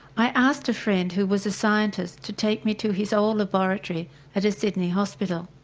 i asked a friend who was a scientist to take me to his old laboratory at a sydney hospital.